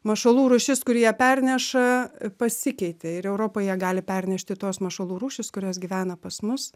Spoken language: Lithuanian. mašalų rūšis kuri ją perneša pasikeitė ir europoj ją gali pernešti tos mašalų rūšys kurios gyvena pas mus